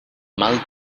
mal